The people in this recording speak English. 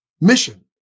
mission